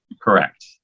correct